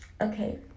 Okay